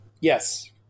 Yes